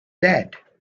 dead